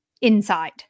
inside